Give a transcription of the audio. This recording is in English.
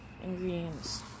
ingredients